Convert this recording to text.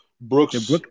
Brooks